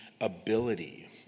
ability